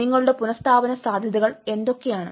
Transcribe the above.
നിങ്ങളുടെ പുനഃസ്ഥാപന സാധ്യതകൾ എന്തൊക്കെയാണ്